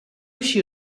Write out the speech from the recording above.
she